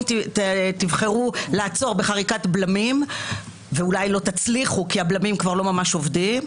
תבחרו לעצור בחריקת בלמים ואולי לא תצליחו כל הבלמים כבר לא ממש עובדים,